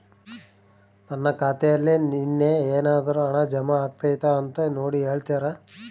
ನನ್ನ ಖಾತೆಯಲ್ಲಿ ನಿನ್ನೆ ಏನಾದರೂ ಹಣ ಜಮಾ ಆಗೈತಾ ಅಂತ ನೋಡಿ ಹೇಳ್ತೇರಾ?